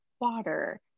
water